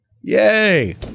Yay